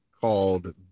called